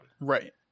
Right